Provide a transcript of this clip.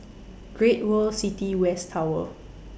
Great World City West Tower